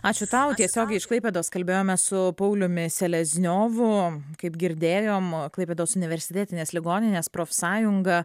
ačiū tau tiesiogiai iš klaipėdos kalbėjome su pauliumi selezniovu kaip girdėjom klaipėdos universitetinės ligoninės profsąjunga